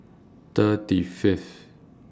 thirty Fifth